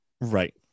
Right